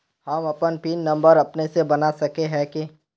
हम अपन pin number अपने से बना सके है की?